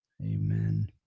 Amen